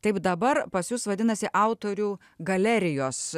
taip dabar pas jus vadinasi autorių galerijos